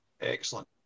Excellent